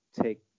take